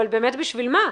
אבל באמת בשביל מה?